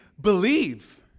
believe